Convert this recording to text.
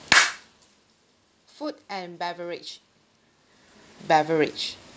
food and beverage beverage